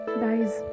guys